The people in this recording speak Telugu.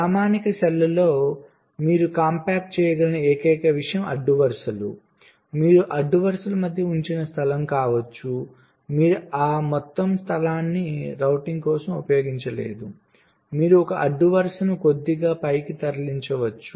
ప్రామాణిక సెల్లో మీరు కాంపాక్ట్ చేయగల ఏకైక విషయం అడ్డు వరుసలు మీరు అడ్డు వరుసల మధ్య ఉంచిన స్థలం కావచ్చు మీరు ఆ మొత్తం స్థలాన్ని రౌటింగ్ కోసం ఉపయోగించలేదు మీరు ఒక అడ్డు వరుసను కొద్దిగా పైకి తరలించవచ్చు